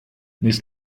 níos